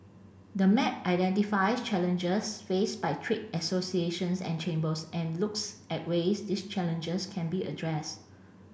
the map identifies challenges faced by trade associations and chambers and looks at ways these challenges can be addressed